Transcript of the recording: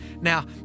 Now